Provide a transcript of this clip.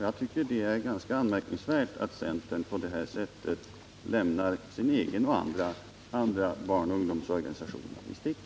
Jag tycker det är ganska anmärkningsvärt att centern på detta sätt lämnar sin egen och andra barnoch ungdomsorganisationer i sticket.